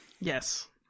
yes